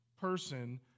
person